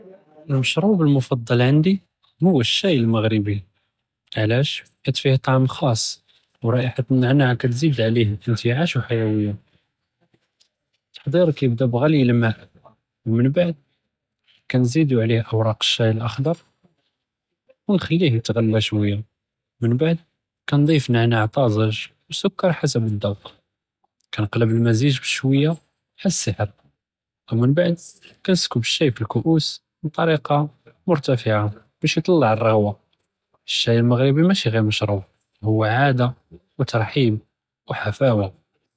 אלמשרוב אלמופדל עדי הוא א־שאי אלמגרבי، עלאש؟ חית פיה טעם ח'אס אוא ראיחה א־נענאע כאתזיד עליה אינתעאש אוא חיוויא, א־תח'דיר יבדא ב־ע'לי אלמא, מן בעד נזיד עלيه אואראק א־שאי אלאח'דר ונח'ליה יתע'לא שוייא, מן בעד כנציף נענאע טאזג' אוא סכר חסב א־ד'וק, כנקלב אלמזיג' בשוייא ע'סחר, אוא מןבעד כנסכב א־שאי פי אלכּוּאס בטּריקה מרתפעה באש יטלע א־רע'וה, א־שאי אלמגרבי מאשי ע'י משרוב הוא עאד ותרחיב וחפאוה.